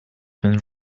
been